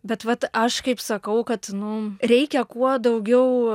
bet vat aš kaip sakau kad nu reikia kuo daugiau